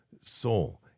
soul